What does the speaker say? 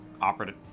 operative